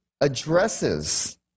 addresses